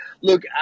look